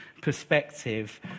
perspective